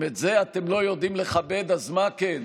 אם את זה אתם לא יודעים לכבד, אז מה כן?